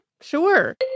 Sure